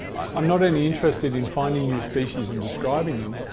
i'm not only interested in finding new species and describing them,